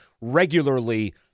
regularly